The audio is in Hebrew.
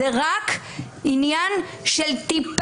זה רק עניין של מעט,